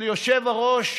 של היושב-ראש,